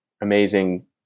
amazing